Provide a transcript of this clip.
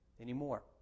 anymore